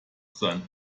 sein